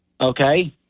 okay